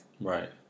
Right